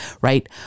right